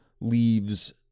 leaves